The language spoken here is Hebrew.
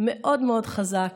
מאוד מאוד חזק.